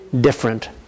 different